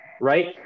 right